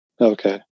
Okay